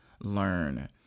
Learn